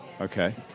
Okay